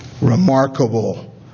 remarkable